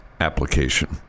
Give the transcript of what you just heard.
application